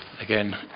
Again